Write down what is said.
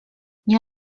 nie